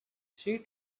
she